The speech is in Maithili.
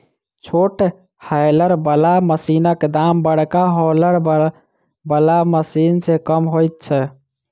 छोट हौलर बला मशीनक दाम बड़का हौलर बला मशीन सॅ कम होइत छै